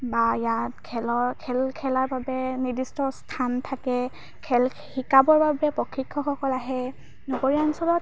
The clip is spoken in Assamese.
বা ইয়াত খেলৰ খেল খেলাৰ বাবে নিৰ্দিষ্ট স্থান থাকে শিকাবৰ বাবে প্ৰশিক্ষকসকল আহে নগৰীয়া অঞ্চলত